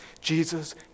Jesus